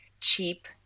cheap